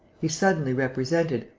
he suddenly represented,